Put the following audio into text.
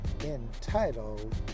entitled